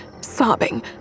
sobbing